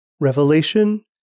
Revelation